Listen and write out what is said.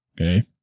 Okay